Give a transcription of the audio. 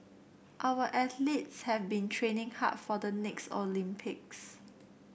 our athletes have been training hard for the next Olympics